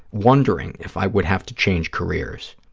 wondering if i would have to change careers.